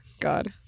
god